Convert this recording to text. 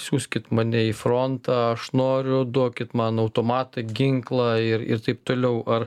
siųskit mane į frontą aš noriu duokit man automatą ginklą ir ir taip toliau ar